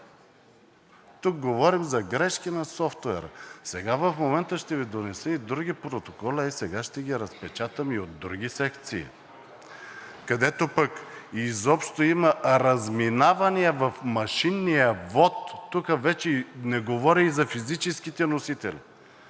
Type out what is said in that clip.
Говорим за грешки на софтуера. В момента ще Ви донеса и други протоколи, ей сега ще ги разпечатаме, от други секции, където пък изобщо има разминаване в машинния вот. Не говоря за физическите носители,